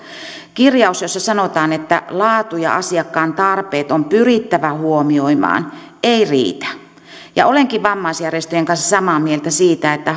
kirjaus jossa sanotaan että laatu ja asiakkaan tarpeet on pyrittävä huomioimaan ei riitä olenkin vammaisjärjestöjen kanssa samaa mieltä siitä että